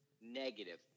negative